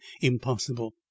impossible